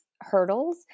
hurdles